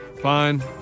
Fine